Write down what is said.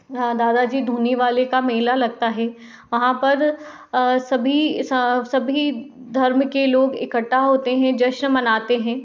हाँ दादाजी धूनीवाले का मेला लगता हे वहाँ पर सभी सभी धर्म के लोग इकठ्ठा होते हैं जश्न मनाते हैं